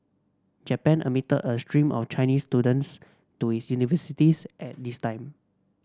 Japan admitted a stream of Chinese students to its universities at this time